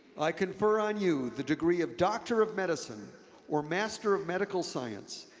i confer on you the degree of doctor of medicine or master of medical science,